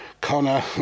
Connor